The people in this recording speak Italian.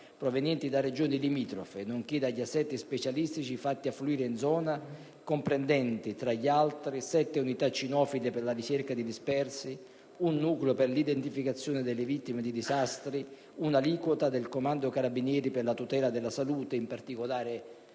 provenienti da Regioni limitrofe, nonché dagli assetti specialistici fatti affluire in zona, comprendenti, tra gli altri, 7 unità cinofile per la ricerca di dispersi; 1 nucleo per l'identificazione delle vittime di disastri; un'aliquota del Comando carabinieri per la tutela della salute (in particolare